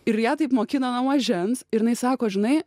ir ją taip mokino nuo mažens ir jinai sako žinai